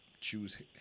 choose